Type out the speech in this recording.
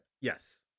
Yes